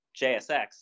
JSX